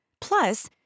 Plus